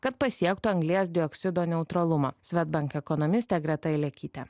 kad pasiektų anglies dioksido neutralumą swedbank ekonomistė greta ilekytė